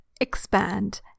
expand